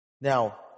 Now